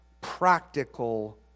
practical